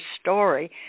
story